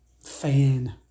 fan